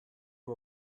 you